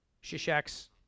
shishak's